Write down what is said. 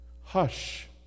hush